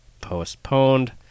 postponed